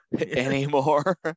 anymore